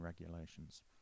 regulations